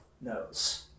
knows